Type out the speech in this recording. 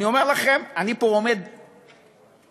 אני אומר לכם, אני עומד פה